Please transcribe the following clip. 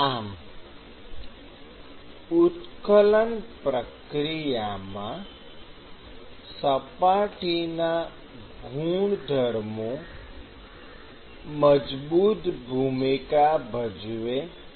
આમ ઉત્કલન પ્રક્રિયામાં સપાટીના ગુણધર્મો મજબૂત ભૂમિકા ભજવે છે